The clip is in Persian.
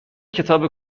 کتاب